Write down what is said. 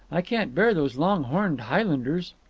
i can't bear those long-horned highlanders!